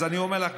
אז אני אומר לך,